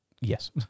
Yes